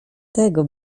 tego